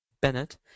Bennett